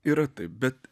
yra taip bet